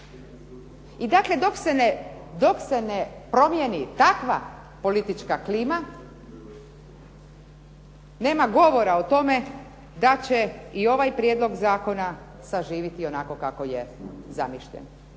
I dakle dok se ne promijeni takva politička klima nema govora o tome da će i ovaj prijedlog zakona da će zaživiti onako kako je zamišljen.